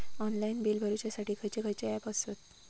Online bill भरुच्यासाठी खयचे खयचे ऍप आसत?